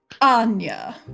Anya